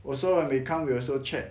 also when they come we also check